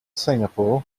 singapore